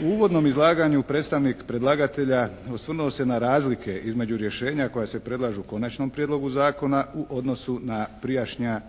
U uvodnom izlaganju predstavnik predlagatelja osvrnuo se na razlike između rješenja koja se predlažu u Konačnom prijedlogu zakonu u odnosu na prijašnja